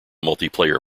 multiplayer